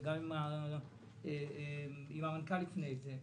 וגם עם המנכ"ל שלפניו.